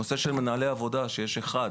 נושא של מנהלי עבודה, שיש אחד